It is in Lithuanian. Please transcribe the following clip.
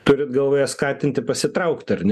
turit galvoje skatinti pasitraukti ar ne